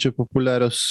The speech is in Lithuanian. čia populiarios